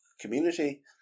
community